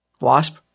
Wasp